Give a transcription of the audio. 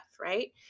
right